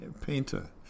painter